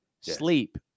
sleep